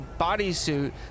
bodysuit